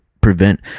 prevent